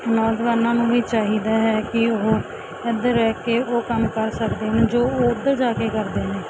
ਨੌਜਵਾਨਾਂ ਨੂੰ ਵੀ ਚਾਹੀਦਾ ਹੈ ਕਿ ਉਹ ਇੱਧਰ ਰਹਿ ਕੇ ਉਹ ਕੰਮ ਕਰ ਸਕਦੇ ਹਨ ਜੋ ਉਹ ਉੱਧਰ ਜਾ ਕੇ ਕਰਦੇ ਨੇ